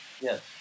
Yes